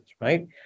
right